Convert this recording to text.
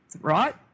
Right